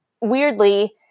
weirdly